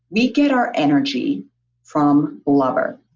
we get our energy from blubber.